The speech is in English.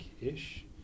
Ish